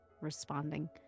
responding